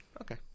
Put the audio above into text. okay